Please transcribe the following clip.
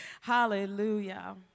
Hallelujah